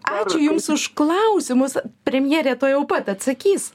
ačiū jums už klausimus premjerė tuojau pat atsakys